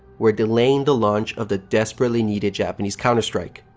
were delaying the launch of the desperately needed japanese counter-strike.